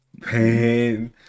Pain